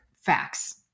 facts